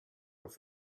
auf